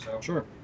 Sure